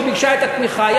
כשהיא ביקשה את התמיכה?